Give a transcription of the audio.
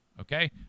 Okay